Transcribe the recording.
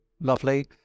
lovely